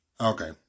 Okay